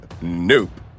Nope